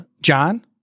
John